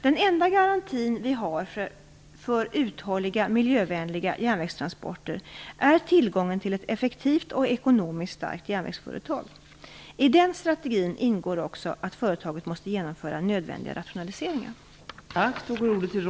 Den enda garantin vi har för uthålliga miljövänliga järnvägstransporter är tillgången till ett effektivt och ekonomiskt starkt järnvägsföretag. I den strategin ingår också att företaget måste genomföra nödvändiga rationaliseringar.